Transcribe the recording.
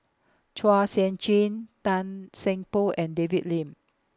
Chua Sian Chin Tan Seng Poh and David Lim